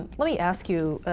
let me ask you,